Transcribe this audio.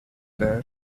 there